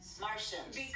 Martians